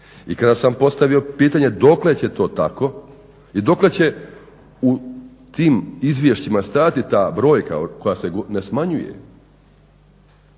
I kada sam postavio pitanje dokle će to tako i dokle će u tim izvješćima stajati ta brojka koja se ne smanjuje,